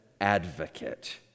advocate